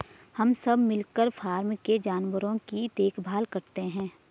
हम सब मिलकर फॉर्म के जानवरों की देखभाल करते हैं